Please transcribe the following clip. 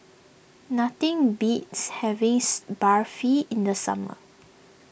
nothing beats having Barfi in the summer